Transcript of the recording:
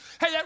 Hey